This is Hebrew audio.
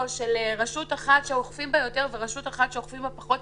רשות אחת שאוכפים בה יותר ורשות אחת שאוכפים בה פחות,